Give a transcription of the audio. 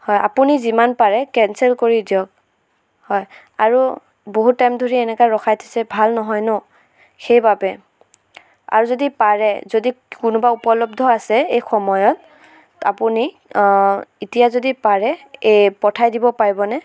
হয় আপুনি যিমান পাৰে কেনচেল কৰি দিয়ক হয় আৰু বহুত টাইম ধৰি এনেকৈ ৰখাই থৈছে ভাল নহয় ন সেইবাবে আৰু যদি পাৰে যদি কোনোবা উপলব্ধ আছে এই সময়ত আপুনি এতিয়া যদি পাৰে এই পঠাই দিব পাৰিবনে